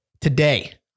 Today